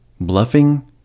bluffing